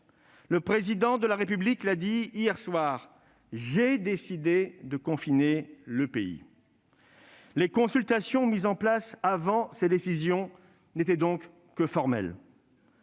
Le Président de la République l'a dit hier soir :« J'ai décidé de confiner le pays. » Les consultations mises en place avant cette décision n'étaient donc que de